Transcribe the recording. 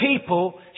people